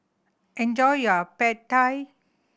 enjoy your Pad Thai